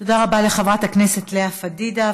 תודה רבה לחברת הכנסת לאה פדידה.